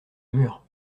mur